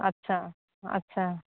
अच्छा हँ अच्छा